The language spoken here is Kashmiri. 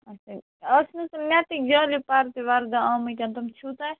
اَچھا اَز چھِ نہَ حظ تِم نیٚٹٕکۍ جالِیٚو پَردٕ آمٕتۍ تِم چھُو تۄہہِ